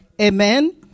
Amen